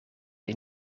een